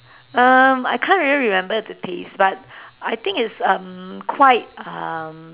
um I can't really remember the taste but I think it's um quite um